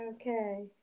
okay